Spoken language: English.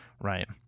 Right